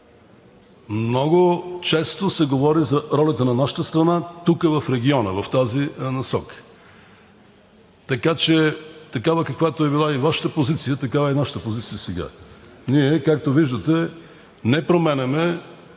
Много често се говори за ролята на нашата страна тук в региона в тази насока, така че такава, каквато е била и Вашата позиция, такава е и нашата позиция сега. Ние, както виждате, не променяме